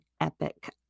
epic